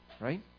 Right